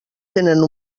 tenen